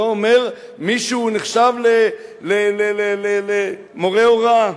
את זה אומר מי שנחשב למורה הוראה,